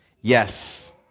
Yes